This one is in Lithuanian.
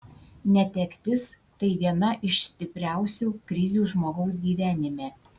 netektis tai viena iš stipriausių krizių žmogaus gyvenime